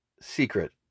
secret